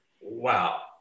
wow